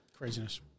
Craziness